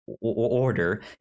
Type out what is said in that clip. Order